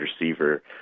receiver